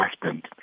husband